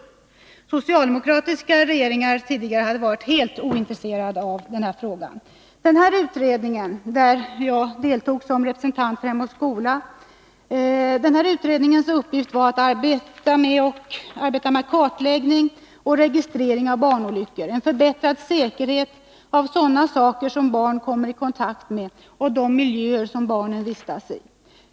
Tidigare socialdemokratiska regeringar hade varit helt ointresserade av den här frågan. Barnolycksfallsutredningen, där jag deltog som representant för Hem och Skola, hade till uppgift att arbeta med kartläggning och registrering av barnolyckor, en förbättrad säkerhet när det gäller sådana saker som barn kommer i kontakt med och de miljöer som barn vistas i.